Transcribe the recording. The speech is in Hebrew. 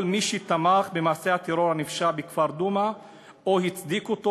מי שתמך במעשה הטרור הנפשע בכפר דומא או הצדיק אותו,